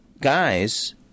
guys